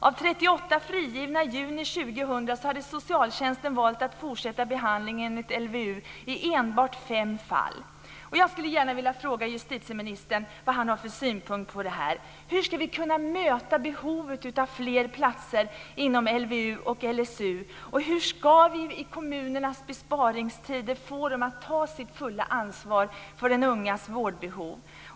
Av 38 frigivna i juni 2000 hade socialtjänsten valt att fortsätta behandling enligt LVU i enbart fem fall. Jag skulle gärna vilja fråga justitieministern vad han har för synpunkter på det här. Hur ska vi kunna möta behovet av fler platser inom LVU och LSU, och hur ska vi i besparingstider i kommunerna få dem att ta sitt fulla ansvar för de ungas vårdbehov?